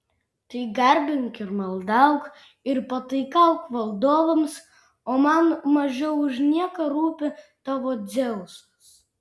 tai garbink ir maldauk ir pataikauk valdovams o man mažiau už nieką rūpi tavo dzeusas